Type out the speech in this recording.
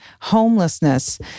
homelessness